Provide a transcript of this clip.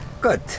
Good